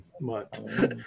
month